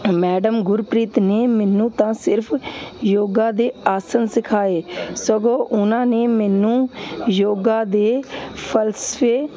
madam Gurpreet ਨੇ ਮੈਨੂੰ ਤਾਂ ਸਿਰਫ਼ ਯੋਗਾ ਦੇ ਆਸਨ ਸਿਖਾਏ ਸਗੋਂ ਉਹਨਾਂ ਨੇ ਮੈਨੂੰ ਯੋਗਾ ਦੇ ਫਲਸਫੇ